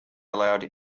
allowed